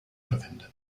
verwendet